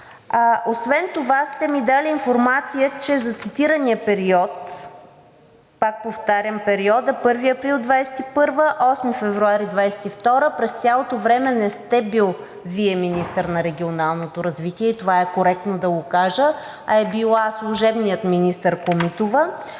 Освен това сте ми дали информация, че за цитирания период, пак повтарям, периода 1 април 2021 г. – 8 февруари 2022 г., през цялото време не сте били Вие министър на регионалното развитие и това е коректно да го кажа, а е била служебният министър Комитова,